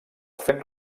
fent